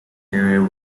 career